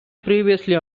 previously